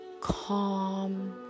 calm